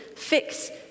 Fix